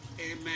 amen